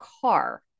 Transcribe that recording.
car